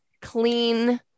clean